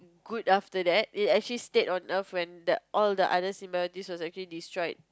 good after that it actually stayed on earth when the all the other symbiotic was actually destroyed